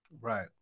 Right